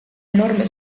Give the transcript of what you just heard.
enorme